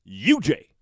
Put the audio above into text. UJ